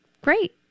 great